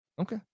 Okay